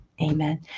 Amen